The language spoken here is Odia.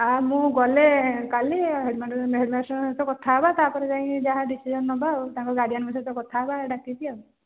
ଆ ମୁଁ ଗଲେ କାଲି ହେଡ଼୍ମାଷ୍ଟର୍ଙ୍କ ସହ କଥା ହବା ତା'ପରେ ଯାଇଁକି ଯାହା ଡିସିସନ୍ ନବା ଆଉ ତାଙ୍କ ଗାର୍ଡ଼ିଡିଆନ୍ଙ୍କ ସହିତ କଥା ହେବା ଡାକିବି ଆଉ